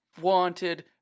wanted